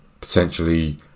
potentially